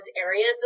areas